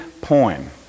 poem